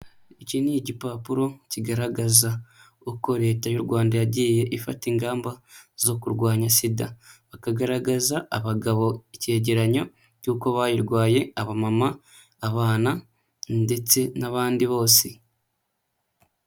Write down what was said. Iki ni igipapuro kigaragaza uko Leta y'u Rwanda yagiye ifata ingamba zo kurwanya Sida. Kakagaragaza abagabo icyegeranyo cy'uko bayirwaye, abamama, abana ndetse n'abandi bose.